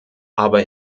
aber